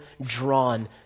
drawn